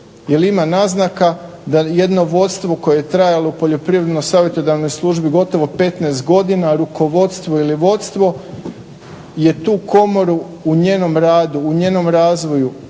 ima naznaka da jedno vodstvo koje je trajalo u poljoprivredno-savjetodavnoj službi gotovo 15 godina rukovodstvo ili vodstvo je tu Komoru u njenom radu, u njenom razvoju,